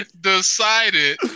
decided